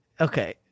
Okay